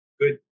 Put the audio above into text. good